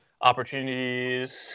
opportunities